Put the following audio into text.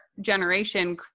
generation